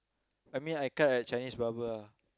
I mean I cut at Chinese barber ah